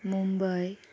Mumbai